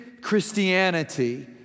christianity